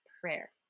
prayer